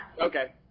okay